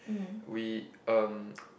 we em